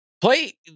Play